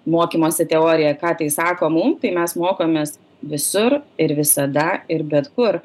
mokymosi teoriją ką tai sako mum tai mes mokomės visur ir visada ir bet kur